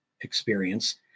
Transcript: experience